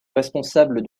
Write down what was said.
responsable